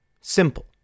simple